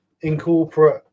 incorporate